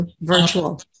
virtual